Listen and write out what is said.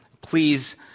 please